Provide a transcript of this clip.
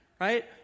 right